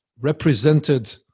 represented